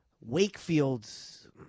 Wakefield's